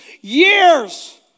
years